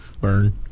Burn